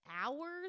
hours